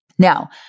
Now